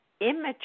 immature